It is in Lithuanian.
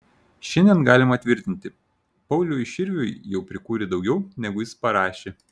šiandien galima tvirtinti pauliui širviui jau prikūrė daugiau negu jis parašė